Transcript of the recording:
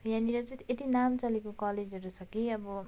यहाँनेर चाहिँ यति नाम चलेको कलेजहरू छ कि अब